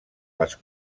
les